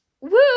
Woo